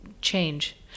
change